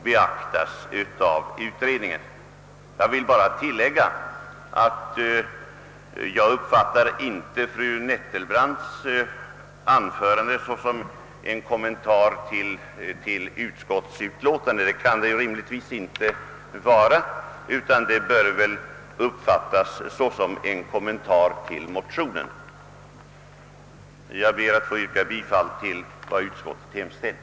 Sedan vill jag bara tillägga, att jag inte uppfattar fru Nettelbrandts anförande såsom en kommentar till utskottsutlåtandet — det kan det rimligtvis inte vara — utan det bör väl uppfattas såsom en kommentar till motionen. Jag ber att få yrka bifall till vad utskottet hemställt.